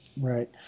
Right